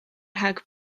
rhag